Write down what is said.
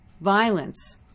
violence